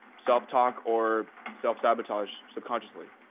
self-talk or self-sabotage subconsciously.